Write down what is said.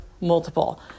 multiple